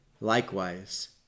likewise